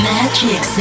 Magic